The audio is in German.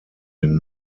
den